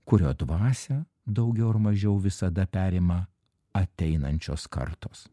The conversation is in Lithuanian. kurio dvasią daugiau ar mažiau visada perima ateinančios kartos